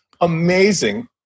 amazing